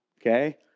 okay